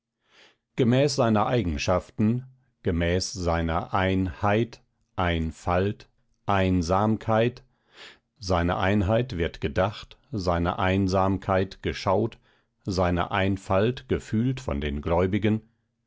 gemäß seiner eigenschaften gemäß seiner ein heit ein falt ein samkeit seine ein heit wird gedacht seine ein samkeit geschaut seine ein falt gefühlt von den gläubigen